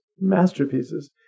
masterpieces